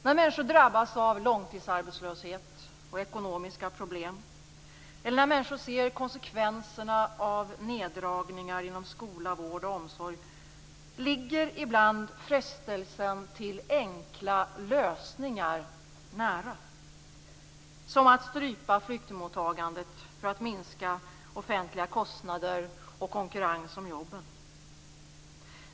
När människor drabbas av långtidsarbetslöshet och ekonomiska problem eller när människor ser konsekvenserna av neddragningar inom skola, vård och omsorg ligger ibland frestelsen till enkla lösningar nära. Det kan vara att strypa flyktingmottagandet för att minska offentliga kostnader och konkurrens om jobben.